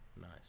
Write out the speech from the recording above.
Nice